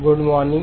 good morning